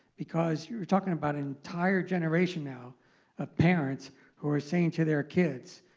because you're talking about an entire generation now of parents who are saying to their kids,